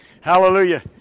Hallelujah